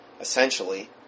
essentially